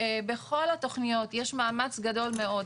בכל התכניות יש מאמץ גדול מאוד,